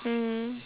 mm